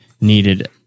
Needed